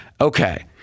Okay